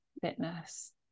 fitness